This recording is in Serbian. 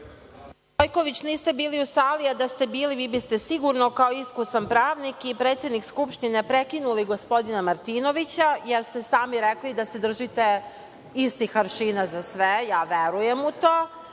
Gojković, niste bili u sali, a da ste bili vi biste sigurno, kao iskusan pravnik i predsednik Skupštine, prekinuli gospodina Martinovića, jer ste sami rekli da se držite istih aršina za sve, ja verujem u to,